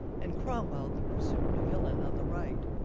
and cromwell, the presumed villain, on the right,